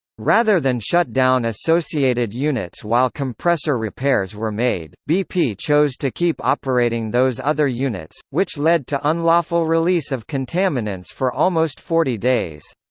rather than shut down associated units while compressor repairs were made, bp chose to keep operating those other units, which led to unlawful release of contaminants for almost forty days.